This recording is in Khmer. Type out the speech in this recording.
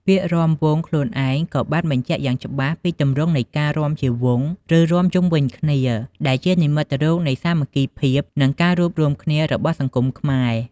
ពាក្យ "រាំវង់" ខ្លួនឯងក៏បានបញ្ជាក់យ៉ាងច្បាស់ពីទម្រង់នៃការរាំជាវង់ ឬរាំជុំវិញគ្នា ដែលជានិមិត្តរូបនៃសាមគ្គីភាព និងការរួបរួមគ្នារបស់សង្គមខ្មែរ។